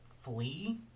flee